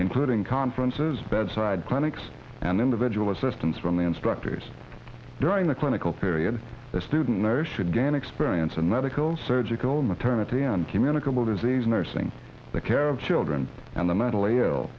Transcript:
including conferences bedside clinics and individual assistance from the instructors during the clinical period the student nurse should gain experience in medical surgical maternity and communicable disease nursing the care of children and the mentally ill